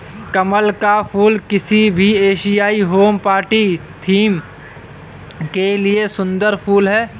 कमल का फूल किसी भी एशियाई होम पार्टी थीम के लिए एक सुंदर फुल है